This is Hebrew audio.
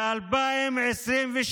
2023,